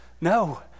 no